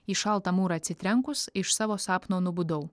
į šaltą mūrą atsitrenkus iš savo sapno nubudau